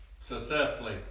successfully